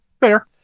Fair